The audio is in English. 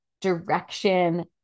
direction